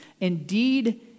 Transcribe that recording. Indeed